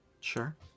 Sure